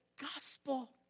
gospel